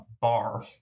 bar